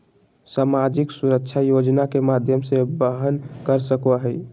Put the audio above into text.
सामाजिक सुरक्षा योजना के माध्यम से वहन कर सको हइ